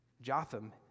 Jotham